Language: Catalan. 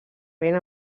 vent